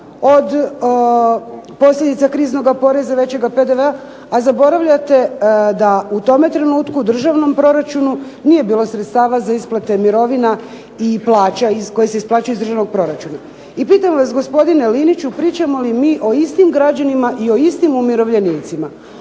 od posljedica kriznoga poreza, većega PDV-a, a zaboravljate da u tome trenutku državnom proračunu nije bilo sredstava za isplate mirovina i plaća koje se isplaćuju iz državnog proračuna. I pitam vas gospodine Liniću pričamo li mi o istim građanima i o istim umirovljenicima,